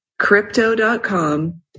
Crypto.com